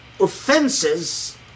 offenses